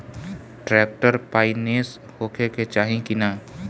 Tractor finance होखे के चाही कि ना?